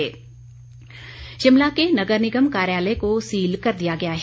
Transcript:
नगर निगम शिमला के नगर निगम कार्यालय को सील कर दिया गया है